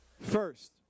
First